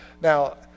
Now